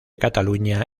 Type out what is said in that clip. cataluña